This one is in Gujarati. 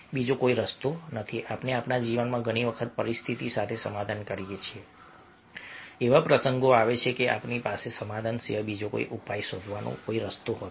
બીજો કોઈ રસ્તો નથી આપણે આપણા જીવનમાં ઘણી વખત પરિસ્થિતિ સાથે સમાધાન કરી લઈએ છીએ એવા પ્રસંગો આવે છે કે આપણી પાસે સમાધાન સિવાય બીજો કોઈ ઉપાય શોધવાનો કોઈ રસ્તો નથી હોતો